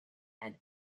and